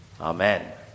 Amen